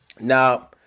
Now